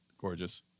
Gorgeous